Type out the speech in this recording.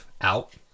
out